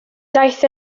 daeth